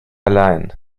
allein